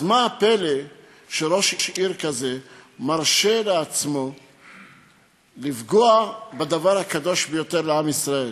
אז מה הפלא שראש עיר כזה מרשה לעצמו לפגוע בדבר הקדוש ביותר לעם ישראל?